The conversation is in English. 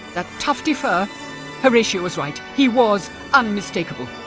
that tufty fur horatia was right! he was unmistakable!